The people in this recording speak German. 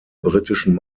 britischen